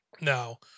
Now